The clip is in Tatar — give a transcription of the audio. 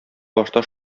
башта